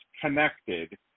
connected